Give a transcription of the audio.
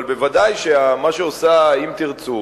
אבל בוודאי שמה שעושה "אם תרצו"